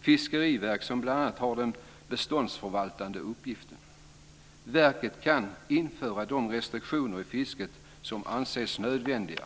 fiskeriverk som bl.a. har den beståndsförvaltande uppgiften. Verket kan införa de restriktioner i fisket som anses nödvändiga.